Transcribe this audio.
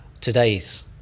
today's